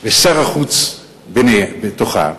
ועדת חקירה ממלכתית,